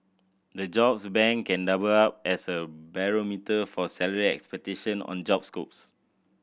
the jobs bank can double up as a barometer for salary expectation on job scopes